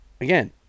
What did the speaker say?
again